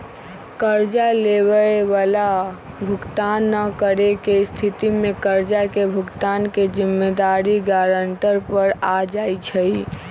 कर्जा लेबए बला भुगतान न करेके स्थिति में कर्जा के भुगतान के जिम्मेदारी गरांटर पर आ जाइ छइ